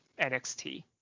NXT